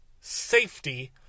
safety